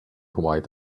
white